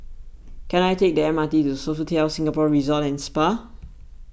can I take the M R T to Sofitel Singapore Resort and Spa